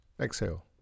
Exhale